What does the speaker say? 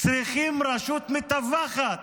צריכים רשות מתווכת